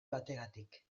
bategatik